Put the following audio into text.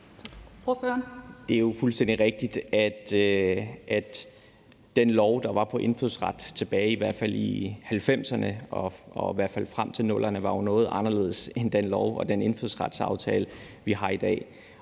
Det er jo fuldstændig rigtigt, at de lovforslag, der var om indfødsret tilbage i i hvert fald 1990'erne og frem til 00'erne, jo var noget anderledes end de lovforslag og den indfødsretsaftale, vi har i dag,